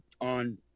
on